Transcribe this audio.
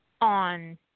on